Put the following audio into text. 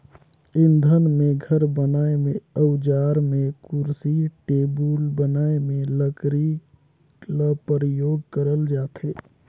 इंधन में, घर बनाए में, अउजार में, कुरसी टेबुल बनाए में लकरी ल परियोग करल जाथे